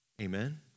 Amen